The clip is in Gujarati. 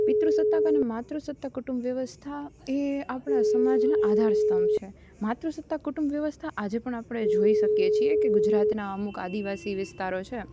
પિતૃસત્તા કણે માતૃસત્તા કુટુંબ વ્યવસ્થા એ આપણાં સમાજના આધાર સ્તભં છે માતૃસત્તા કુટુંબ વ્યવસ્થા આજે પણ આપણે જોઈ શકીએ છીએ કે ગુજરાતનાં અમુક આદિવાસી વિસ્તારો છે